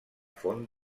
font